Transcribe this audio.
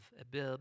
Abib